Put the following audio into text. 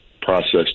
processed